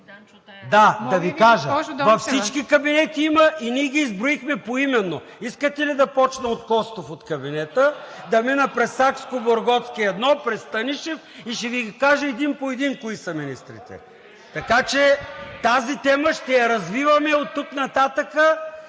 ЙОРДАН ЦОНЕВ: …във всички кабинети има и ние ги изброихме поименно. Искате ли да започна от кабинета на Костов, да мина през Саксккобурготски 1, през Станишев и ще Ви ги кажа един по един кои са министрите? Така че тази тема ще я развиваме оттук нататък,